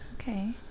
Okay